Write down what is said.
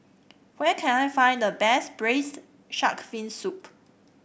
where can I find the best Braised Shark Fin Soup